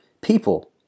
people